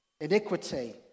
iniquity